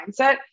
mindset